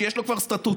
שיש לו כבר סטטוטוריקה,